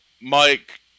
Mike